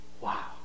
Wow